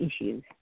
issues